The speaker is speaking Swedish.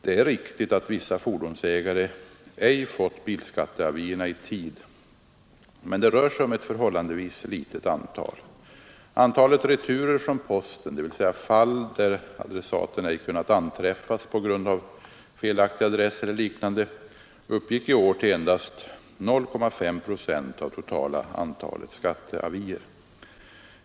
Det är riktigt att vissa fordonsägare ej fått bilskatteavierna i tid, men det rör sig om ett förhållandevis litet antal. Antalet returer från posten — dvs. fall där adressaten ej kunnat anträffas på grund av felaktig adress eller liknande — uppgick i år till endast 0,5 procent av totala antalet skatteavier.